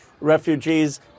refugees